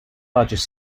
largest